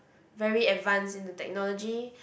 very advanced in the technology